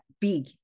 big